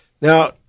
Now